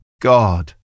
God